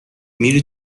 میری